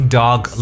dog